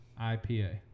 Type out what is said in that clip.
IPA